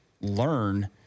learn